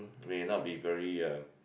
will not be very uh